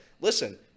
Listen